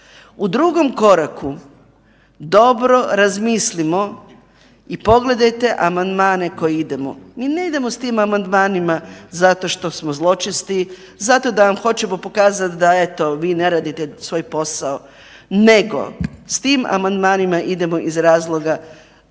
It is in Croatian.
U drugom koraku dobro razmislimo i pogledajte amandmane koje idemo, mi ne idemo s tim amandmanima zato što smo zločesti, zato da vam hoćemo pokazati da eto vi ne radite svoj posao, nego s tim amandmanima idemo iz razloga